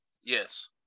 Yes